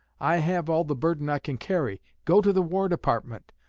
i have all the burden i can carry. go to the war department.